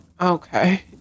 Okay